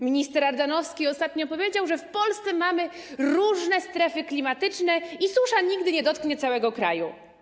Minister Ardanowski ostatnio powiedział, że w Polsce mamy różne strefy klimatyczne i susza nigdy nie dotknie całego kraju.